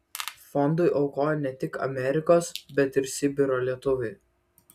fondui aukoja ne tik amerikos bet ir sibiro lietuviai